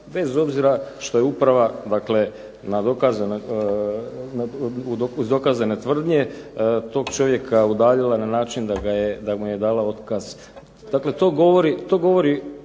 bez obzira što je uprava dakle uz dokazane tvrdnje tog čovjeka udaljila na način da ga je, da mu je dala otkaz. Dakle to govori